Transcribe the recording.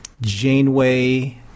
Janeway